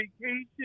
vacation